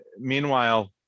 Meanwhile